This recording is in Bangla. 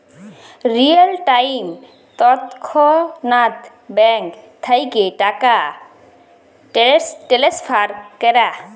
রিয়েল টাইম তৎক্ষণাৎ ব্যাংক থ্যাইকে টাকা টেলেসফার ক্যরা